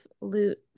loot